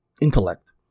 intellect